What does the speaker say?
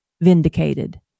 vindicated